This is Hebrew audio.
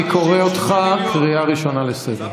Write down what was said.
אני קורא אותך קריאה ראשונה לסדר.